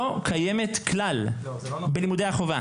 לא קיימת כלל בלימודי החובה.